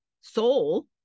soul